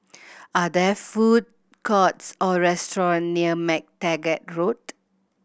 are there food courts or restaurant near MacTaggart Road